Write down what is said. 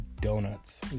donuts